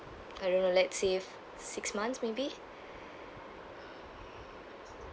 I don't know let's say six months maybe